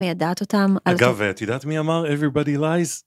מיידעת אותם, אגב ואת יודעת מי אמר everybody lies?